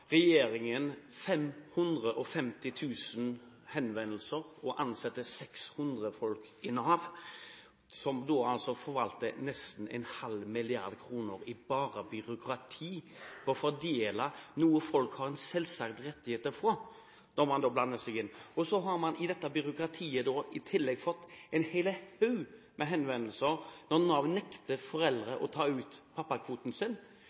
henvendelser og ansetter 600 folk som forvalter nesten en halv milliard kroner bare i byråkrati på å fordele noe folk har en selvsagt rettighet til å få – da må man blande seg inn. Så har man i dette byråkratiet i tillegg fått en hel haug med henvendelser når Nav nekter foreldre å ta ut pappakvoten sin